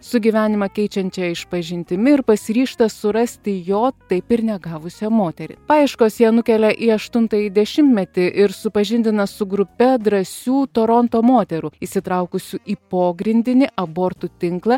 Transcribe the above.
su gyvenimą keičiančia išpažintimi ir pasiryžta surasti jo taip ir negavusią moterį paieškos ją nukelia į aštuntąjį dešimtmetį ir supažindina su grupe drąsių toronto moterų įsitraukusių į pogrindinį abortų tinklą